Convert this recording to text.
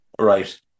Right